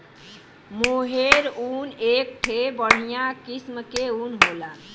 मोहेर ऊन एक ठे बढ़िया किस्म के ऊन होला